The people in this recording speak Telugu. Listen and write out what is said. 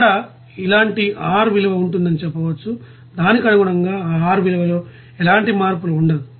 ఇక్కడ ఇలాంటి R విలువ ఉంటుందని చెప్పవచ్చు దానికి అనుగుణంగా ఆ R విలువలో ఎలాంటి మార్పు ఉండదు